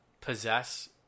possess